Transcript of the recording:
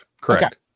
correct